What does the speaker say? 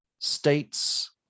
states